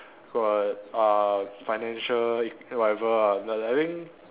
got uh financial whatever ah like I mean